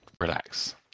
relax